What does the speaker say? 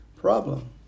problem